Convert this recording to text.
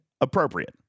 appropriate